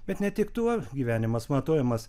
bet ne tik tuo gyvenimas matuojamas